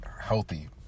healthy